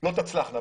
לא תצלחנה.